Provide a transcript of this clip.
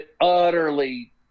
Utterly